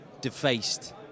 defaced